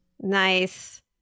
Nice